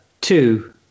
two